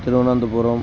Thiruvananthapuram